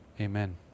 Amen